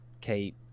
Kate